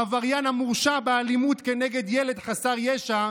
העבריין המורשע באלימות כנגד ילד חסר ישע,